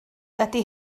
ydy